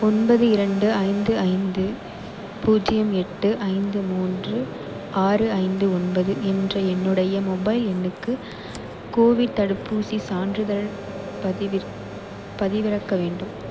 ஒன்பது இரண்டு ஐந்து ஐந்து பூஜ்யம் எட்டு ஐந்து மூன்று ஆறு ஐந்து ஒன்பது என்ற என்னுடைய மொபைல் எண்ணுக்கு கோவிட் தடுப்பூசிச் சான்றிதழ் பதிவிற் பதிவிறக்க வேண்டும்